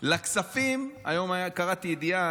היום קראתי ידיעה,